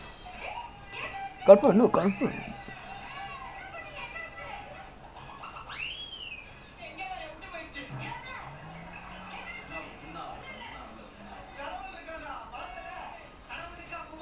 nice lah no lah because err how to say lah is restaurant mostly it's like a lot will feel the hit lah like easily the business even if is high dropped by like like at least twenty percent